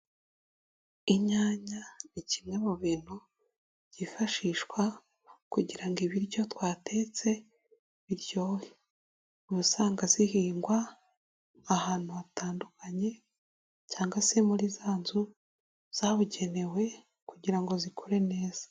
Inyanya ni kimwe mu bintu byifashishwa kugira ngo ibiryo twatetse biryohe. Uba usanga zihingwa ahantu hatandukanye cyangwa se muri za nzu zabugenewe kugira ngo zikure neza.